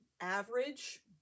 average